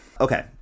okay